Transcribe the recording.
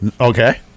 Okay